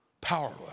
powerless